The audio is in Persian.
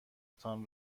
تان